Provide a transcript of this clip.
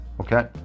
Okay